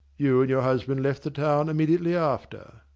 you and your husband left the town immediately after.